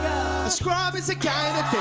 scrub is a guy